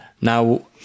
Now